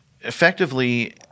effectively